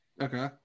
Okay